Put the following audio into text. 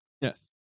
Yes